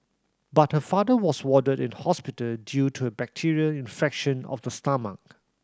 but her father was warded in hospital due to a bacterial infection of the stomach